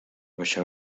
baixar